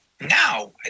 Now